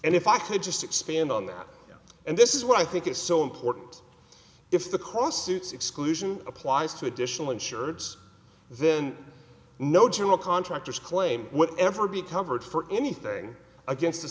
and if i could just expand on that and this is what i think is so important if the cost suits exclusion applies to additional insurance then no general contractors claim whatever be covered for anything against a